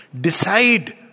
decide